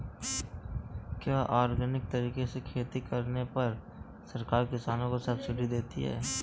क्या ऑर्गेनिक तरीके से खेती करने पर सरकार किसानों को सब्सिडी देती है?